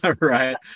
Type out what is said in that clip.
right